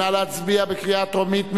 נא להצביע, בקריאה טרומית.